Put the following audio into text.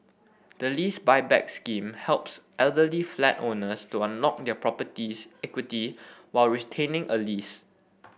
the Lease Buyback Scheme helps elderly flat owners to unlock their property's equity while retaining a lease